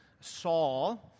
Saul